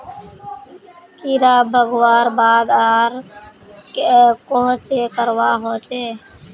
कीड़ा भगवार बाद आर कोहचे करवा होचए?